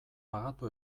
pagatu